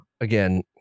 again